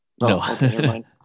No